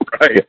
right